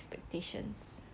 expectations